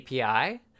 API